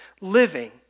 living